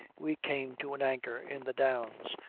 we came to an anchor in the downs,